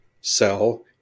sell